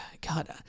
God